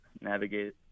navigate